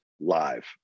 live